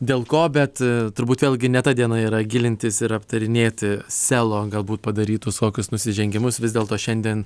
dėl ko bet turbūt vėlgi ne ta diena yra gilintis ir aptarinėti sielo galbūt padarytus kokius nusižengimus vis dėlto šiandien